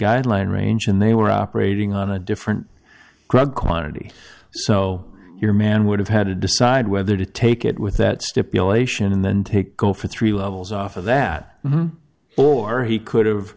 guideline range and they were operating on a different drug quantity so your man would have had to decide whether to take it with that stipulation and then take go for three levels off of that or he could have